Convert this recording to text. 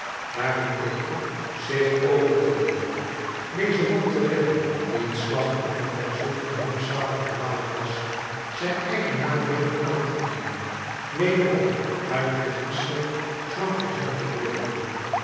noemt daarentegen zich over te leveren dezen man te redden die t slachtoffer van zulk een rampzalige dwaling was zijn eigen naam weder aan te nemen wederom uit plichtbesef jean valjean te worden